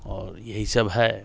और यही सब है